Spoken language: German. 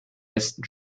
besten